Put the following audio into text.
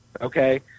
Okay